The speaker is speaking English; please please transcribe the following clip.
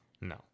No